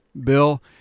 Bill